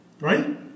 right